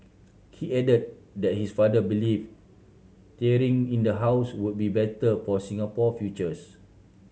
he added that his father believed tearing in the house would be better for Singapore futures